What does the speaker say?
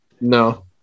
No